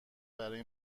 برای